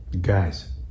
Guys